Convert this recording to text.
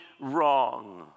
wrong